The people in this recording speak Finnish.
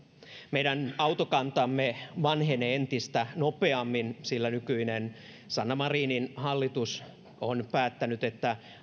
meidän autokantamme vanhenee entistä nopeammin sillä nykyinen sanna marinin hallitus on päättänyt että